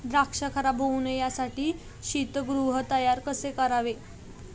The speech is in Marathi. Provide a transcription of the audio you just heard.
द्राक्ष खराब होऊ नये यासाठी शीतगृह तयार कसे करावे?